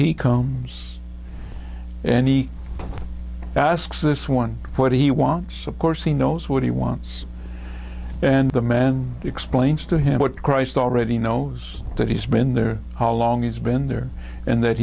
he comes and he asks this one what he wants of course he knows what he wants and the man explains to him what christ already knows that he's been there how long he's been there and that